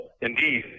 Indeed